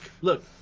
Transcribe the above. Look